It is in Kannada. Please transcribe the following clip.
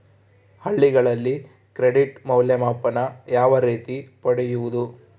ಹಳ್ಳಿಗಳಲ್ಲಿ ಕ್ರೆಡಿಟ್ ಮೌಲ್ಯಮಾಪನ ಯಾವ ರೇತಿ ಪಡೆಯುವುದು?